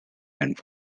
and